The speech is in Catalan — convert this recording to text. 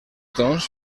doncs